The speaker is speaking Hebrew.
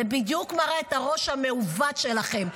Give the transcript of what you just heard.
זה בדיוק מראה את הראש המעוות שלכם,